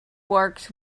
works